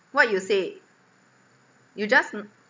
what you say you just